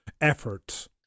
efforts